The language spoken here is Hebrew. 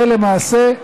ולמעשה,